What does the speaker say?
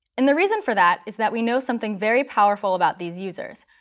and the reason for that is that we know something very powerful about these users.